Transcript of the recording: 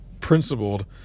principled